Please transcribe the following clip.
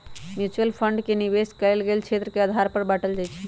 mutual fund के निवेश कएल गेल क्षेत्र के आधार पर बाटल जाइ छइ